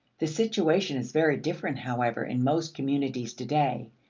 the situation is very different, however, in most communities to-day.